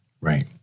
Right